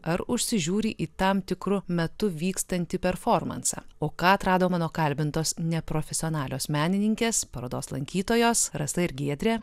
ar užsižiūri į tam tikru metu vykstantį performansą o ką atrado mano kalbintos neprofesionalios menininkės parodos lankytojos rasa ir giedrė